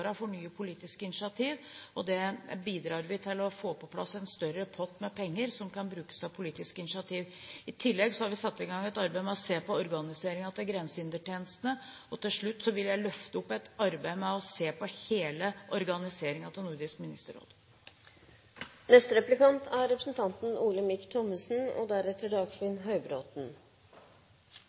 for nye politiske initiativ, og der bidrar vi til å få på plass en større pott med penger som kan brukes til politiske initiativ. I tillegg har vi satt i gang et arbeid med å se på organiseringen av grensehindertjenestene, og til slutt vil jeg løfte opp et arbeid med å se på hele organiseringen av Nordisk Ministerråd. Avviklingen av grensehindre handler i veldig stor grad om lovgivning, og